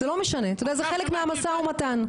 זה לא משנה, זה חלק מהמשא ומתן.